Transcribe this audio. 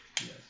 Yes